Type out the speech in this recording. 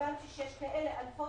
והבנתי שיש אלפי,